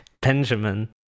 Benjamin